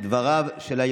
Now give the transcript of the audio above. התקבלה בקריאה